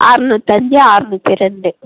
ஆறுநூத்தஞ்சு ஆறுநூற்றி ரெண்டு